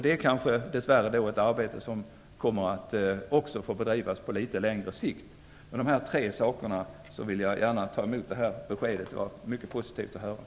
Det är kanske, dess värre, ett arbete som också kommer att få bedrivas på litet längre sikt. Med dessa tre kommentarer tar jag emot det mycket positiva beskedet.